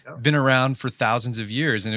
been around for thousands of years. and